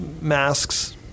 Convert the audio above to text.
masks